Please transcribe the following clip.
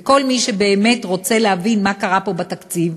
וכל מי שבאמת רוצה להבין מה קרה פה בתקציב,